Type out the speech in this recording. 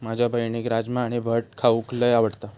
माझ्या बहिणीक राजमा आणि भट खाऊक लय आवडता